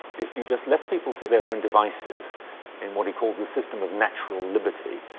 if you just left people to their own devices in what he called the system of natural liberty,